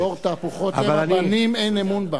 דור תהפוכות המה, בנים אין אמון בם.